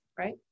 right